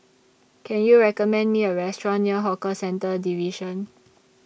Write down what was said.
Can YOU recommend Me A Restaurant near Hawker Centres Division